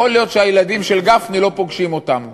יכול להיות שהילדים של גפני לא פוגשים אותם,